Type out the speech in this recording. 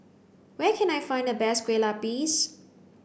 where can I find the best kueh lapis